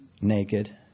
naked